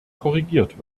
korrigiert